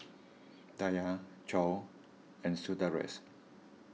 Dhyan Choor and Sundaresh